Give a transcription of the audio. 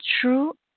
true